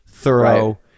thorough